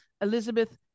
Elizabeth